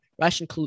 Russian